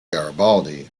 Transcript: garibaldi